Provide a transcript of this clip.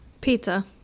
Pizza